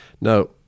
Now